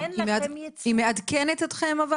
היא מעדכנת אתכם אבל?